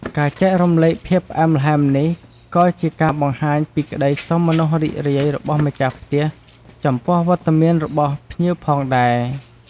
ការចែករំលែកភាពផ្អែមល្ហែមនេះ ក៏ជាការបង្ហាញពីក្តីសោមនស្សរីករាយរបស់ម្ចាស់ផ្ទះចំពោះវត្តមានរបស់ភ្ញៀវផងដែរ។